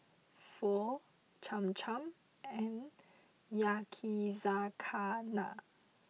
Pho Cham Cham and Yakizakana